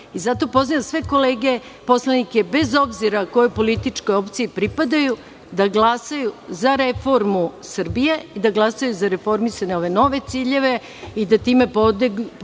pozivam sve kolege poslanike, bez obzira kojoj političkoj opciji pripadaju, da glasaju za reformu Srbije i da glasaju za reformisane nove ciljeve, kao i da time pomognemo